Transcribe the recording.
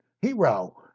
hero